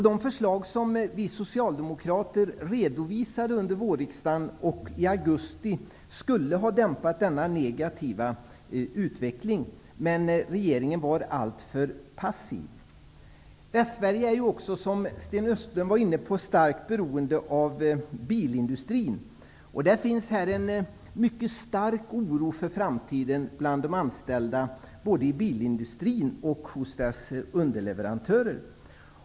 De förslag som vi socialdemokrater redovisade under vårriksdagen och i augusti skulle ha dämpat denna negativa utveckling, men regeringen var alltför passiv. Västsverige är också, som Sten Östlund var inne på, starkt beroende av bilindustrin. Det finns en mycket stark oro för framtiden både bland de anställda i bilindustrin och bland dess underleverantörer.